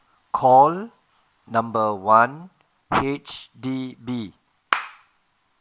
call number one H_D_B